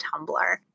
Tumblr